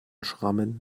schrammen